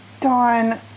Dawn